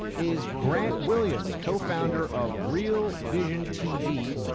is grant williams, cofounder of real vision tv,